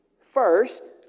first